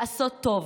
לעשות טוב.